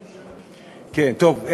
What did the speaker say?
כן, טוב.